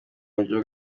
buryo